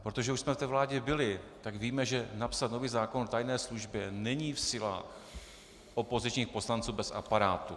Protože už jsme ve vládě byli, tak víme, že napsat nový zákon o tajné službě není v silách opozičních poslanců bez aparátu.